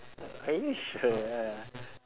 are you sure ah